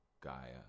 Gaia